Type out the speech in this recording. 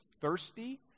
thirsty